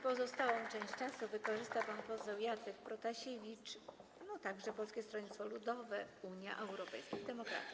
Pozostałą część czasu wykorzysta pan poseł Jacek Protasiewicz, także Polskie Stronnictwo Ludowe - Unia Europejskich Demokratów.